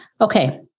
okay